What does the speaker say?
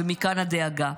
ומכאן הדאגה.